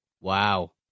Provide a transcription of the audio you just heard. Wow